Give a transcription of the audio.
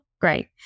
Great